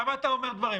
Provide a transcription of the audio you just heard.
למה אתה אומר דברים?